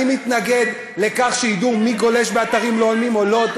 אני מתנגד לכך שידעו מי גולש באתרים לא הולמים או לא,